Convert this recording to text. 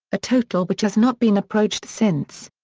a total which has not been approached since.